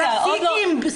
בסדר.